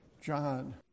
John